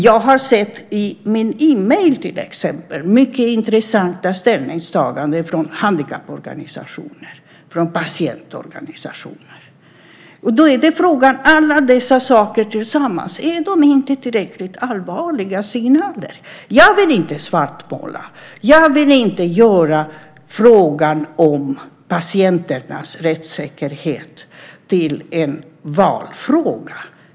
Jag har sett i min e-mail till exempel mycket intressanta ställningstaganden från handikapporganisationer och från patientorganisationer. Då är frågan: Alla dessa saker tillsammans, är de inte tillräckligt allvarliga signaler? Jag vill inte svartmåla. Jag vill inte göra frågan om patienternas rättssäkerhet till en valfråga.